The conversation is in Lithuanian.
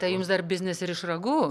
tai jums dar biznis ir iš ragų